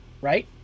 right